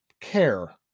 care